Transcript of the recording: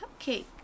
cupcake